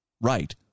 Right